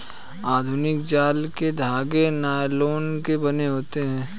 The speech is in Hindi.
आधुनिक जाल के धागे नायलोन के बने होते हैं